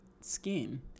skin